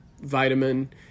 vitamin